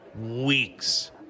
weeks